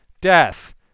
death